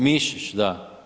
Mišić da.